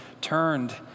turned